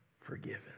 forgiven